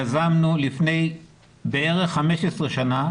יזמנו לפני בערך 15 שנים,